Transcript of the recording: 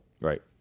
right